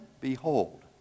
behold